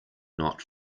not